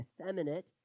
effeminate